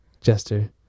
Jester